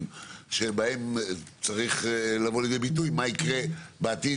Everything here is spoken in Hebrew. שבהם צריך לבוא לידי ביטוי מה יקרה בעתיד,